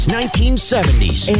1970s